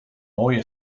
mooi